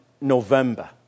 November